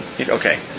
Okay